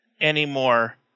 anymore